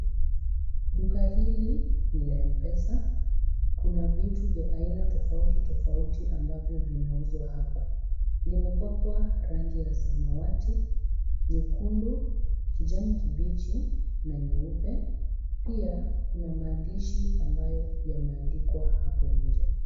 Duka hili ni la M-Pesa. Kuna vitu vya aina tofauti tofauti ambavyo vinauzwa hapa. Limepakwa rangi ya samawati, nyekundu, kijani kibichi na nyeupe. Pia kuna maandishi ambayo yameandikwa hapo nje.